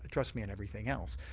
trust me in everything else.